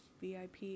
VIP